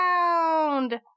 round